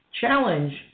challenge